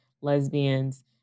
lesbians